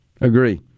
Agree